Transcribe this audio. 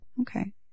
Okay